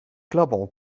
global